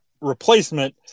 replacement